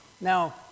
Now